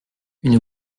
une